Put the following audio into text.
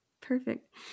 Perfect